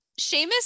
Seamus